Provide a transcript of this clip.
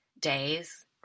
days